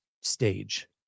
stage